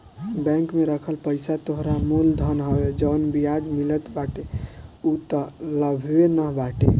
bank में रखल पईसा तोहरा मूल धन हवे जवन बियाज मिलत बाटे उ तअ लाभवे न बाटे